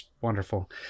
Wonderful